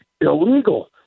illegal